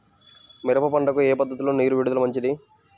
మిరప పంటకు ఏ పద్ధతిలో నీరు విడుదల మంచిది?